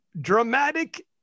dramatic